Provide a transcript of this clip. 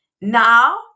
Now